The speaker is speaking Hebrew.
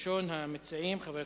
ראשון המציעים, חבר הכנסת,